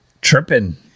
tripping